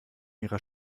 ihrer